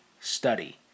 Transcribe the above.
study